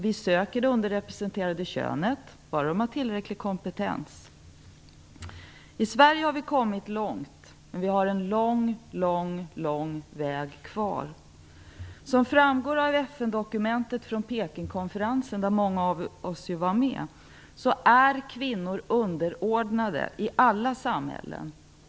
Vi söker det underrepresenterade könet - bara de sökande har tillräcklig kompetens. I Sverige har vi kommit långt, men vi har en lång, lång, lång väg kvar. Som framgår av FN-dokumentet från Pekingkonferensen, där många av oss ju var med, är kvinnor underordnade i alla samhällen.